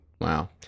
Wow